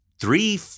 three –